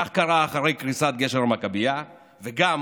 כך קרה אחרי קריסת גשר המכבייה וגם